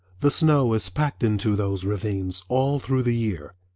the snow is packed into those ravines all through the year,